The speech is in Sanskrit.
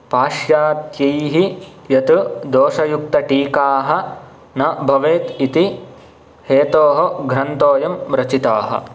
पाश्चातैः यत् दोषयुक्तटीकाः न भवेत् इति हेतोः ग्रन्तोऽयं रचिताः